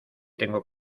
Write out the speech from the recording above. tengo